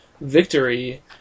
victory